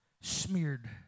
Smeared